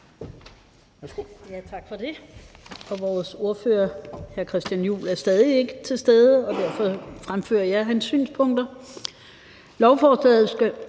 Tak for det. Vores ordfører, hr. Christian Juhl, er stadig ikke til stede, og derfor fremfører jeg hans synspunkter. Lovforslaget skal